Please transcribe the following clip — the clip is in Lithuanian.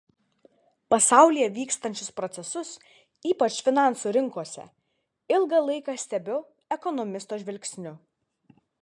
pasaulyje vykstančius procesus ypač finansų rinkose ilgą laiką stebiu ekonomisto žvilgsniu